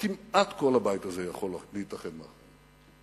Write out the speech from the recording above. שכמעט כל הבית הזה יכול להתאחד מאחוריהם: